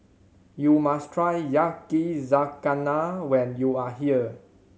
you must try Yakizakana when you are here